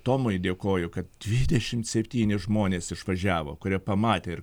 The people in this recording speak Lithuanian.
tomui dėkoju kad dvidešimt septyni žmonės išvažiavo kurie pamatė ir